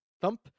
thump